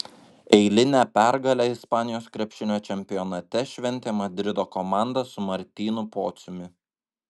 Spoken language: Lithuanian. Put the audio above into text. eilinę pergalę ispanijos krepšinio čempionate šventė madrido komanda su martynu pociumi